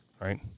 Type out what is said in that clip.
right